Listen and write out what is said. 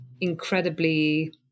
incredibly